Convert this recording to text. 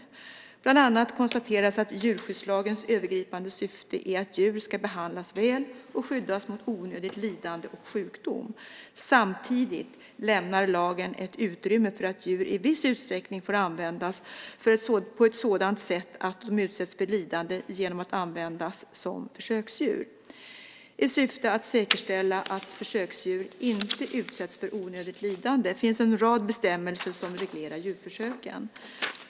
Bland annat konstateras att djurskyddslagens övergripande syfte är att djur ska behandlas väl och skyddas mot onödigt lidande och sjukdom. Samtidigt lämnar lagen ett utrymme för att djur i viss utsträckning får användas på ett sådant sätt att de utsätts för lidande genom att användas som försöksdjur. I syfte att säkerställa att försöksdjur inte utsätts för onödigt lidande finns en rad bestämmelser som reglerar djurförsöken.